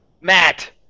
Matt